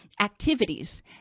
activities